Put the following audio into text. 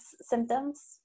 symptoms